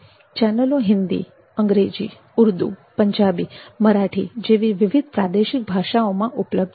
ચેનલો હિન્દી અંગ્રેજી ઉર્દુ પંજાબી મરાઠી જેવી વિવિધ પ્રાદેશિક ભાષાઓમાં ઉપલબ્ધ છે